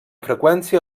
freqüència